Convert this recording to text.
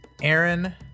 Aaron